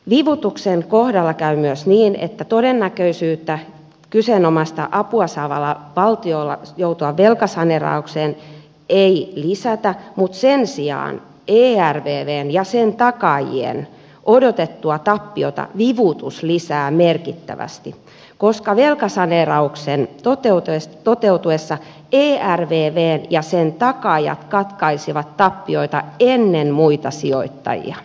vivutuksen kohdalla käy myös niin että kyseenomaista apua saavan valtion todennäköisyyttä joutua velkasaneeraukseen ei lisätä mutta sen sijaan ervvn ja sen takaajien odotettua tappiota vivutus lisää merkittävästi koska velkasaneerauksen toteutuessa ervv ja sen takaajat katkaisevat tappioita ennen muita sijoittajia